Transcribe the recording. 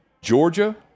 Georgia